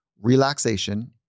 relaxation